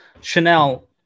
Chanel